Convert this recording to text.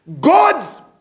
God's